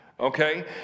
Okay